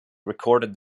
recorded